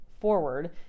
forward